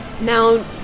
Now